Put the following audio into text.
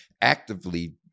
actively